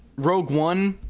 rope one